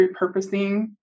repurposing